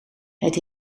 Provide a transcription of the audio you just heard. het